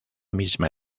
misma